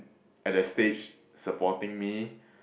at the stage supporting me